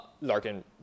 Larkin